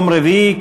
יום רביעי,